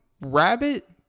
rabbit